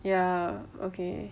ya okay